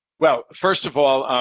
well, first of all,